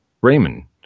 Raymond